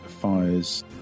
fires